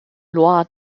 loi